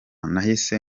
nahise